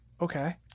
Okay